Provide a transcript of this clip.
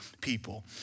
people